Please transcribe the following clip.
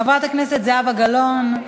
חברת הכנסת זהבה גלאון,